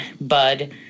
Bud